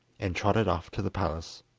and trotted off to the palace.